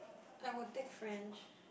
I would take French